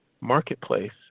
marketplace